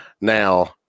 Now